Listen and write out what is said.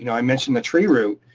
you know i mentioned the tree root.